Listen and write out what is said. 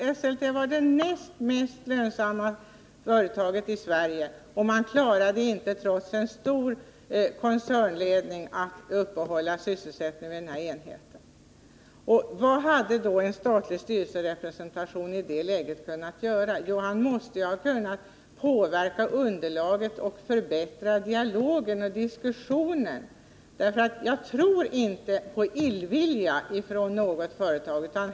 Esselte var vid senaste undersöknings tillfälle det näst lönsammaste företaget i Sverige. Trots en stor koncernledning lyckades man inte upprätthålla sysselsättningen vid den här enheten. Vad hade en statlig styrelserepresentant inneburit i det läget? Jo, vederbörande hade kunnat påverka underlaget för besluten och bidragit till en bättre dialog mellan de berörda. Jag tror inte på illvilja från något företag.